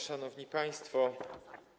Szanowni Państwo!